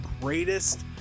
greatest